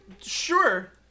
Sure